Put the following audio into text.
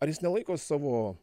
ar jis nelaiko savo